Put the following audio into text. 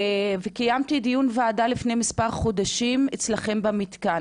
וקיימתי דיון ועדה לפני מספר חודשים אצלכם במתקן.